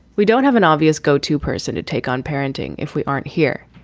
we don't have an obvious go to person to take on parenting if we aren't here.